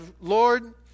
Lord